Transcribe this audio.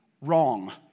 wrong